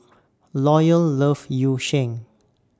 Loyal loves Yu Sheng